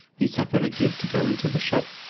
he suffered agib to go into the shop,